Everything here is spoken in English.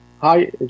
Hi